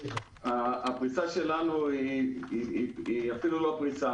הפריסה שלנו היא אפילו לא פריסה.